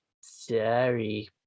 sorry